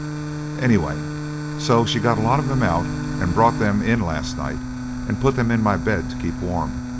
anyway so she got a lot of them out and brought them in last night and put them in my bed to keep warm,